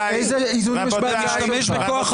אתה משתמש בכוח,